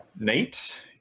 Nate